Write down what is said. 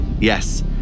Yes